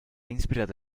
inspirado